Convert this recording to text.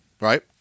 right